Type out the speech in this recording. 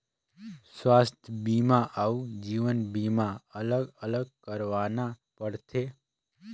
स्वास्थ बीमा अउ जीवन बीमा अलग अलग करवाना पड़थे?